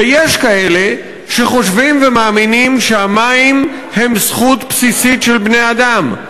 ויש כאלה שחושבים ומאמינים שהמים הם זכות בסיסית של בני-אדם,